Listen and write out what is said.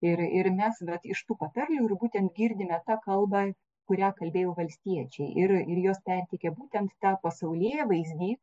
ir ir mes vat iš tų patarlių ir būtent girdime tą kalbą kurią kalbėjo valstiečiai ir ir jos perteikia būtent tą pasaulėvaizdį